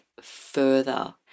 further